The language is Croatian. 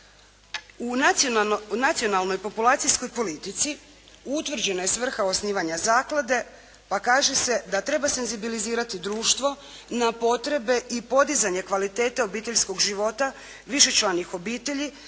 U nacionalnoj populacijskoj politici utvrđena je svrha osnivanja zaklade, pa kaže se da treba senzibilizirati društvo na potrebe i podizanje kvalitete obiteljskog života višečlanih obitelji